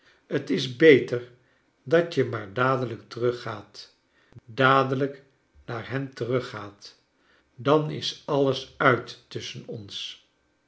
fc is beter dat je maar dadelijk teruggaat dadelijk naar hen teruggaat dan is alles uit tusschen ons